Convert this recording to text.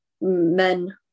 men